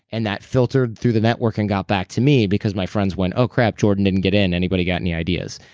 and that filtered through the network and got back to me because my friends friends went, oh crap. jordan didn't get in. anybody got any ideas?